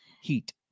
Heat